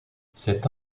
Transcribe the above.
cette